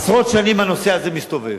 עשרות שנים הנושא הזה מסתובב.